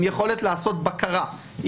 עם יכולת לעשות בקרה,